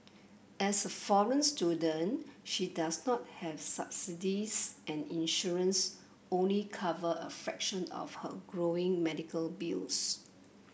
as a foreign student she does not have subsidies and insurance only cover a fraction of her growing medical bills